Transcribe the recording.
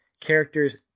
characters